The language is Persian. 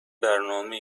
برنامه